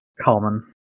common